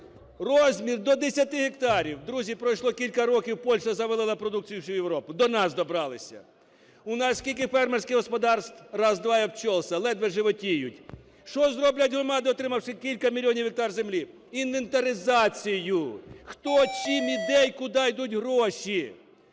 розмір – до 10 гектарів. Друзі, пройшло кілька років, Польща завалила продукцією всю Європу, до нас добралися. У нас скільки фермерських господарств? Раз, два - і обчелся, ледве животіють. Що зроблять громади, отримавши кілька мільйонів гектарів землі? Інвентаризацією: хто, чим і де, і куди йдуть гроші.